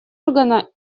органа